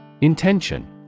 Intention